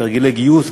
תרגילי גיוס,